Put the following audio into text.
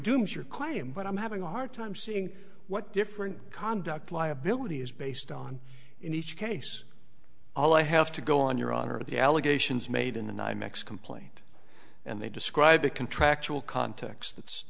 dooms your claim but i'm having a hard time seeing what different conduct liability is based on in each case all i have to go on your honor the allegations made in the ny mex complaint and they describe a contractual context